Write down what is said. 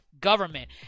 government